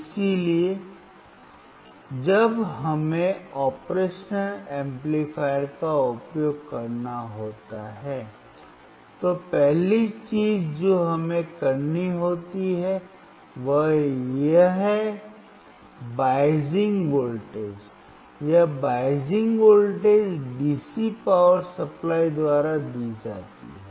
इसलिए जब हमें ऑपरेशनल एम्पलीफायर का उपयोग करना होता है तो पहली चीज जो हमें करनी होती है वह है बायसिंग वोल्टेज यह biasing voltage DC power supply द्वारा दी जाती है